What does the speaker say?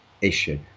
issue